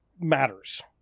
matters